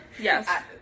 Yes